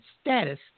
status